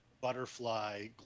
butterfly